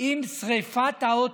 עם שרפת האוטובוס,